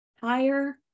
higher